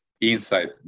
Insight